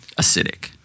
acidic